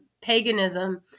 paganism